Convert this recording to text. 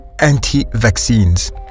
anti-vaccines